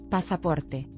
Pasaporte